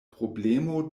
problemo